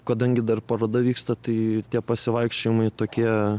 kadangi dar paroda vyksta tai tie pasivaikščiojimai tokie